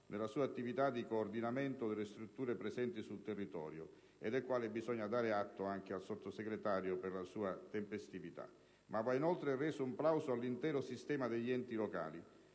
nella sua attività di coordinamento delle strutture presenti sul territorio e del quale bisogna dare atto anche al Sottosegretario per la sua tempestività. Va inoltre reso un plauso all'intero sistema degli enti locali